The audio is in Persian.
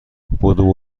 بدو